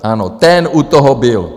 Ano, ten u toho byl.